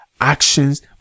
actions